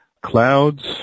Clouds